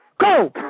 go